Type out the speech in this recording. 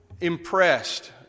impressed